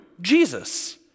Jesus